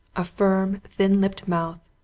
a firm, thin-lipped mouth,